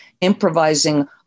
improvising